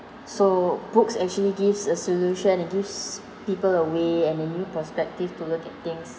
so books actually gives a solution it gives people a way and a new perspective to look at things